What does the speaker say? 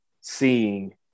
seeing